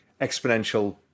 exponential